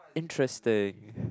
interesting